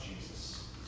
Jesus